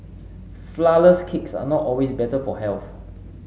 flourless cakes are not always better for health